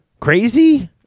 Crazy